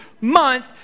month